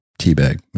teabag